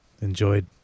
enjoyed